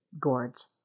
gourds